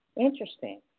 Interesting